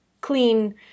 clean